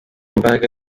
imbaraga